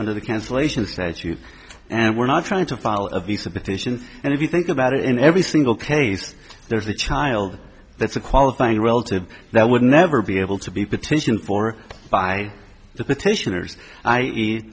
under the cancelation statute and we're not trying to part of this a petition and if you think about it in every single case there's a child that's a qualifying relative that would never be able to be petitioned for by the petitioners i e